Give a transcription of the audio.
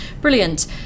Brilliant